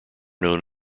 known